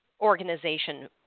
organization